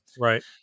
Right